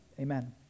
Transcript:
Amen